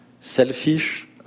selfish